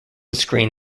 screen